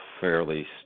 fairly